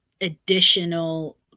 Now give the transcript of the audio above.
additional